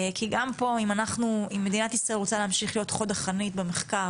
כי גם פה אם מדינת ישראל רוצה להמשיך להיות חוד החנית במחקר,